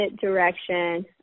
direction